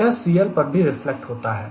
यह CL पर भी रिफ्लेक्ट होता है